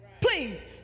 please